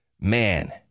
Man